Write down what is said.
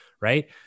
right